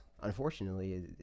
unfortunately